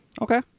Okay